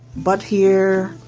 butt here,